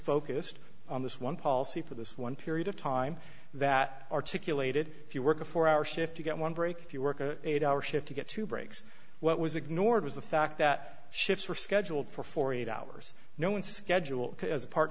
focused on this one policy for this one period of time that articulated if you work a four hour shift one break if you work a eight hour shift to get to breaks what was ignored was the fact that shifts were scheduled for forty eight hours no one schedule as a part